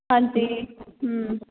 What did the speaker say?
ਹਾਂਜੀ